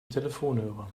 telefonhörer